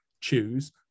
choose